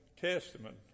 Testament